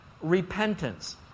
repentance